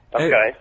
Okay